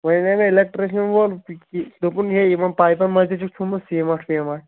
وۄنۍ انے مےٚ اِلیکٹرشن وول دوٚپُن ہے یمن پایپن منٛز تہِ چھُو تھومُت سیٖمَٹھ ویٖمٹھ